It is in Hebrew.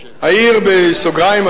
אעיר בסוגריים,